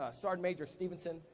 ah sergeant major stevenson,